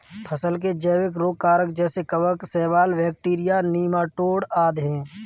फसल के जैविक रोग कारक जैसे कवक, शैवाल, बैक्टीरिया, नीमाटोड आदि है